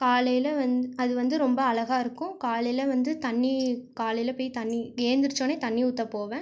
காலையில் வந்து அது வந்து ரொம்ப அழகா இருக்கும் காலையில் வந்து தண்ணி காலையில் போய் தண்ணி ஏந்திரிச்சோடனே தண்ணி ஊற்ற போவேன்